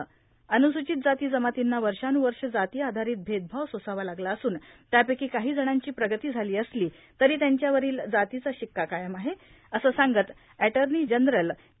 अन्वुसूचित जाती जमातींना वर्षानुवर्ष जाती आधारित भेदभाव सोसावा लागला असून त्यापैकी काहीजणांची प्रगती झाली असली तरी त्यांच्यावरील जातीचा शिक्का कायम आहे असं सांगत एटर्नी जनरल के